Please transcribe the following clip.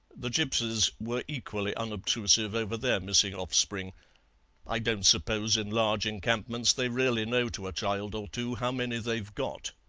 the gipsies were equally unobtrusive over their missing offspring i don't suppose in large encampments they really know to a child or two how many they've got.